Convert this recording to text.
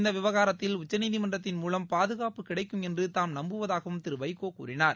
இந்த விவகாரத்தில் உச்சநீதிமன்றத்தின் மூலம் பாதுகாப்பு கிடைக்கும் என்று தாம் நம்புவதாகவும் திரு வைகோ கூறினார்